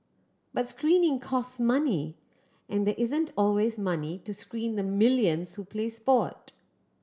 but screening cost money and there isn't always money to screen the millions who play sport